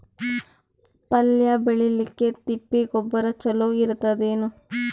ಪಲ್ಯ ಬೇಳಿಲಿಕ್ಕೆ ತಿಪ್ಪಿ ಗೊಬ್ಬರ ಚಲೋ ಇರತದೇನು?